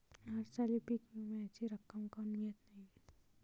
हरसाली पीक विम्याची रक्कम काऊन मियत नाई?